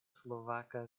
slovaka